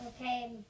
Okay